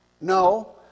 No